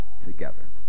together